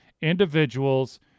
individuals